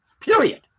Period